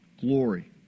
glory